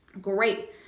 Great